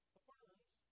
affirms